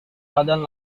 badan